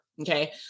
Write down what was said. okay